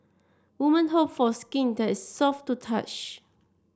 woman hope for skin that is soft to the touch